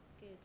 Good